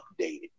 updated